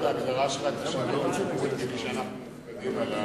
ההגדרה שלך את השידור הציבורי כמי שאנחנו מופקדים עליו,